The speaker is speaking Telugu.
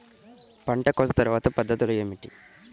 పంట కోత తర్వాత పద్ధతులు ఏమిటి?